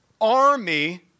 army